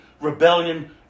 rebellion